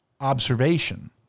observation